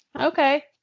Okay